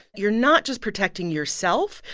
you're not just protecting yourself.